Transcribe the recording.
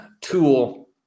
tool